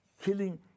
killing